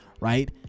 Right